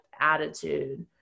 attitude